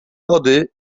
lody